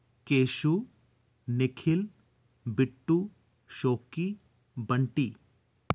Keshav Nikhil Bittu Shoki Bunty